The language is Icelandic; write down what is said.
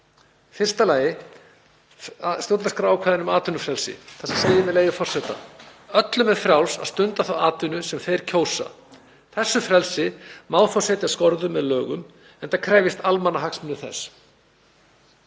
fyrsta lagi stjórnarskrárákvæði um atvinnufrelsi þar sem segir, með leyfi forseta: „Öllum er frjálst að stunda þá atvinnu sem þeir kjósa. Þessu frelsi má þó setja skorður með lögum, enda krefjist almannahagsmunir þess.“